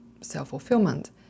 self-fulfillment